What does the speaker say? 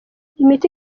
imiti